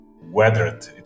weathered